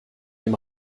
dem